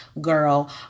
girl